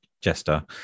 Jester